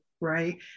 right